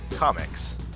Comics